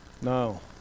No